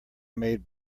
made